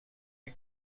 you